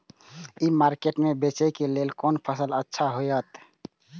ई market में बेचेक लेल कोन फसल अच्छा होयत?